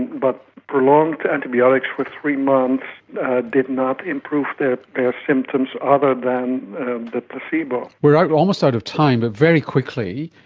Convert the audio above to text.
but prolonged antibiotics for three months did not improve their symptoms other than the placebo. we are almost out of time, but very quickly,